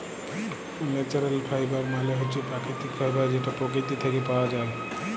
ল্যাচারেল ফাইবার মালে হছে পাকিতিক ফাইবার যেট পকিতি থ্যাইকে পাউয়া যায়